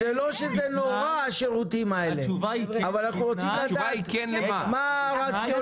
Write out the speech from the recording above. השירותים האלה זה לא נורא אבל אנחנו רוצים לדעת מה הרציונל,